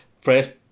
First